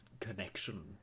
connection